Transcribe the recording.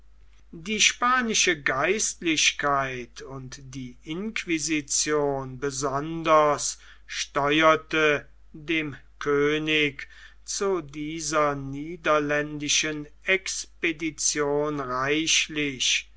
die spanische geistlichkeit und die inquisition besonders steuerte dem könig zu dieser niederländischen expedition reichlich